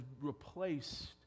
replaced